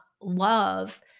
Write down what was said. love